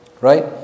right